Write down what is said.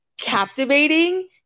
captivating